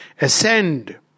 ascend